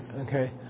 Okay